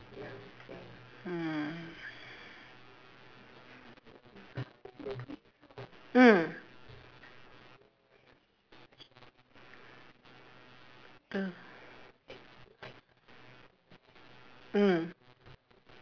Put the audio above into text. mm mm the mm